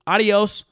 Adios